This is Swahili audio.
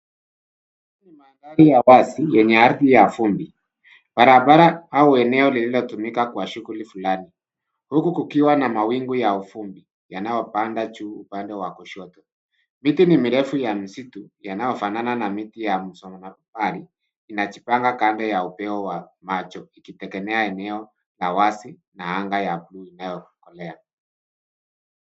Haya ni mandhari ya wazi, yenye ardhi ya vumbi. Barabara au eneo lililotumika kwa shuguli fulani. Huku kukiwa na mawingu ya ufumbi, yanayo panda juu upande wa koshoto. Miti ni mirefu ya msitu, yanayo fanana na miti ya msonomokupari inajipanga kando ya upeo wa macho ikitegemea eneo la wazi na anga ya buluu inayokolea.